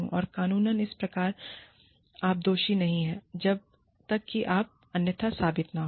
और क़ानूनन इस प्रकार आप दोषी नहीं हैं जब तक कि आप अन्यथा साबित न हों